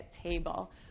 table